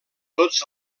tots